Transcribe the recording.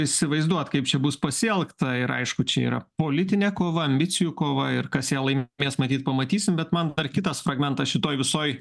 įsivaizduot kaip čia bus pasielgta ir aišku čia yra politinė kova ambicijų kova ir kas ją laimės matyt pamatysim bet man dar kitas fragmentas šitoj visoj